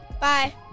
Bye